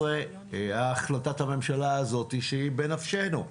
החלטת הממשלה מ-2015 שהיא בנפשנו,